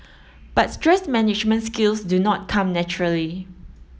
but stress management skills do not come naturally